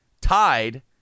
Tied